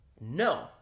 No